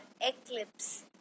eclipse